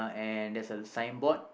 and there's a sign board